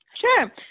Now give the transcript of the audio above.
Sure